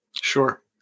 Sure